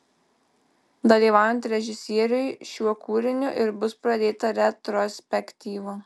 dalyvaujant režisieriui šiuo kūriniu ir bus pradėta retrospektyva